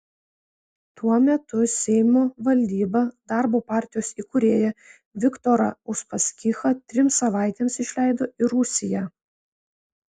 tuo metu seimo valdyba darbo partijos įkūrėją viktorą uspaskichą trims savaitėms išleido į rusiją